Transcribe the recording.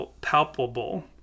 palpable